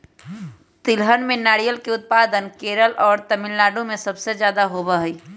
तिलहन में नारियल के उत्पादन केरल और तमिलनाडु में सबसे ज्यादा होबा हई